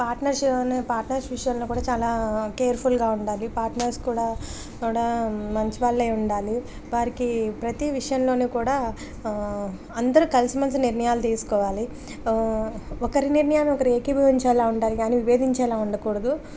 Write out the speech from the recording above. partners partners విషయంలో కూడా చాలా కేర్ఫుల్గా ఉండాలి పార్ట్నర్స్ కూడా కూడా మంచి వాళ్ళై ఉండాలి వారికి ప్రతి విషయంలోను కూడా అందరూ కలిసి మెల్సి నిర్ణయాలు తీసుకోవాలి ఒకరి నిర్ణయాన్ని ఒకరు ఏకీభవించేలా ఉండాలి కానీ విభేదించేలా ఉండకూడదు